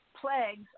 plagues